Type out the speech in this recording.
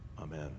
amen